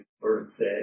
birthday